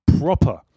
proper